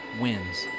wins